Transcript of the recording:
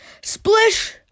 Splish